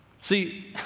See